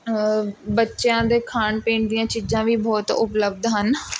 ਬੱਚਿਆਂ ਦੇ ਖਾਣ ਪੀਣ ਦੀਆਂ ਚੀਜ਼ਾਂ ਵੀ ਬਹੁਤ ਉਪਲੱਬਧ ਹਨ